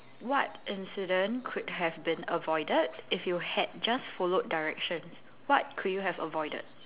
what incident could have been avoided if you had just followed directions what could you have avoided